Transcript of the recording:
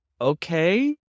okay